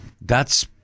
that's-